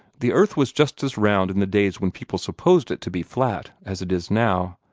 the earth was just as round in the days when people supposed it to be flat, as it is now.